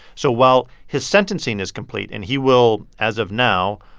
so while his sentencing is complete and he will, as of now,